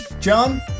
John